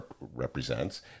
represents